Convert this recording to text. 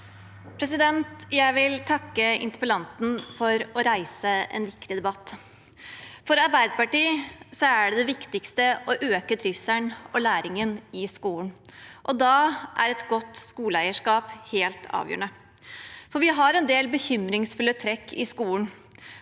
Jeg vil takke interpel- lanten for å reise en viktig debatt. For Arbeiderpartiet er det viktigste å øke trivselen og læringen i skolen, og da er et godt skoleeierskap helt avgjørende, for vi har en del bekymringsfulle trekk i skolen.